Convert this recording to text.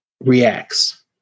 reacts